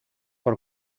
por